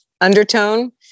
undertone